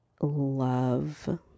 love